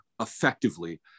effectively